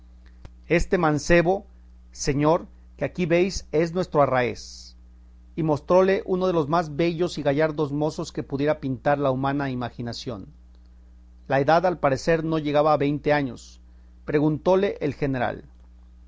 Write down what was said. este mancebo señor que aquí vees es nuestro arráez y mostróle uno de los más bellos y gallardos mozos que pudiera pintar la humana imaginación la edad al parecer no llegaba a veinte años preguntóle el general